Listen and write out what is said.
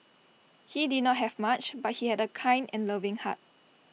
he did not have much but he had A kind and loving heart